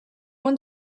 one